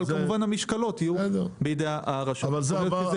אבל כמובן שהמשקלות יהיו בידי הרשויות המקומיות.